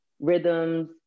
rhythms